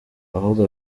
ahubwo